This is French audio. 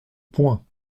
points